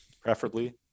preferably